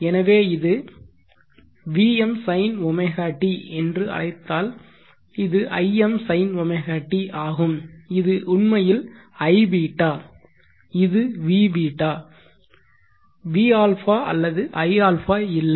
எனவே இது vm sinωt என்று அழைத்தால் இது im sinωt ஆகும் இது உண்மையில் iβ இது vβ vα அல்லது iα இல்லை